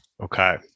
Okay